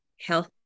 health